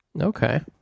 Okay